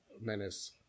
menace